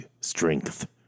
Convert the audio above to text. strength